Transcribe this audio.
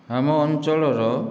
ଆମ ଅଞ୍ଚଳର